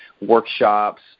workshops